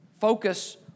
focus